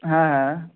হ্যাঁ হ্যাঁ